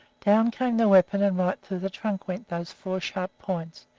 down came the weapon, and right through the trunk went those four sharp points,